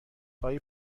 خواهی